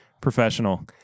professional